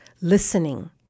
listening